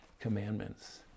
commandments